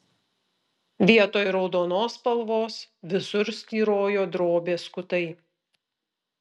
vietoj raudonos spalvos visur styrojo drobės skutai